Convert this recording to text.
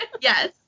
Yes